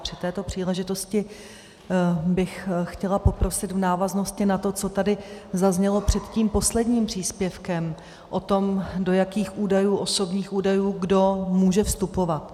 A při této příležitosti bych chtěla poprosit v návaznosti na to, co tady zaznělo před tím posledním příspěvkem, o to, do jakých osobních údajů kdo může vstupovat.